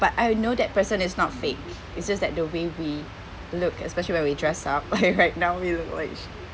but I know that person is not fake it's just that the way we look especially when we dress up like now we're like